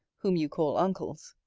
whom you call uncles.